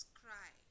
cry